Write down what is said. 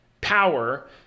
power